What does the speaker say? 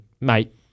mate